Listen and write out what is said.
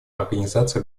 организации